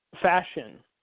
fashion